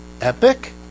Epic